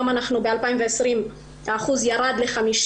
ב-2020 הוא ירד ל-54%.